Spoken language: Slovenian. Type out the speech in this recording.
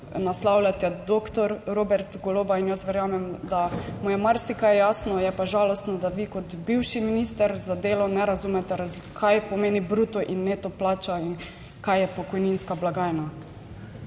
naslavljate doktor Robert Goloba in jaz verjamem, da mu je marsikaj jasno, je pa žalostno, da vi kot bivši minister za delo ne razumete, kaj pomeni bruto in neto plača in kaj je pokojninska blagajna.